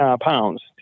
pounds